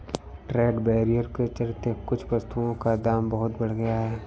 trade barrier के चलते कुछ वस्तुओं का दाम बहुत बढ़ गया है